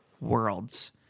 Worlds